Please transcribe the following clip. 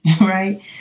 right